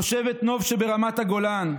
תושבת נוב שברמת הגולן,